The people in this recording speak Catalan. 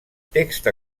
text